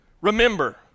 remember